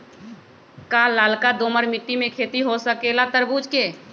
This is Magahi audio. का लालका दोमर मिट्टी में खेती हो सकेला तरबूज के?